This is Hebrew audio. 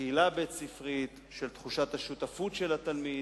הקהילה הבית-ספרית, של תחושת השותפות של התלמיד,